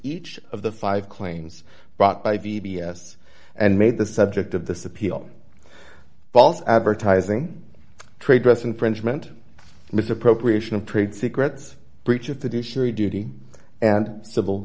each of the five claims brought by the b s and made the subject of this appeal false advertising trade press infringement misappropriation of trade secrets breach of the do surely duty and civil